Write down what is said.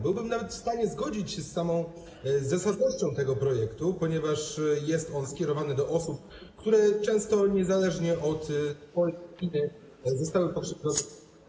Byłbym nawet w stanie zgodzić się z samą zasadnością tego projektu, ponieważ jest on skierowany do osób, które często niezależnie od swojej winy zostały pokrzywdzone.